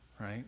right